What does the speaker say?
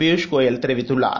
பியூஷ் கோயல் தெரிவித்துள்ளார்